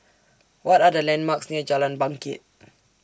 What Are The landmarks near Jalan Bangket